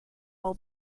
all